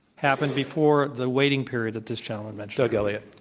happen before the waiting period that this gentleman mentioned. doug elliot.